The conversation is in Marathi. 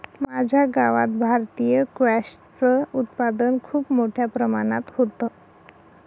माझ्या गावात भारतीय स्क्वॅश च उत्पादन खूप मोठ्या प्रमाणात होतं